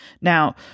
Now